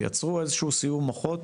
תייצרו איזשהו סיעור מוחות.